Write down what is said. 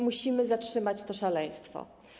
Musimy zatrzymać to szaleństwo.